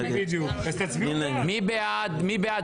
מי בעד?